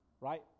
Right